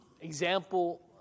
example